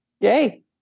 Yay